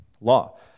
law